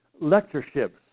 lectureships